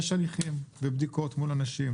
יש הליכים ובדיקות מול אנשים.